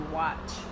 watch